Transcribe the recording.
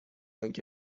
آنکه